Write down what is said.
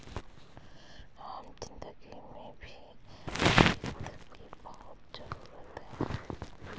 आम जिन्दगी में भी वित्त की बहुत जरूरत है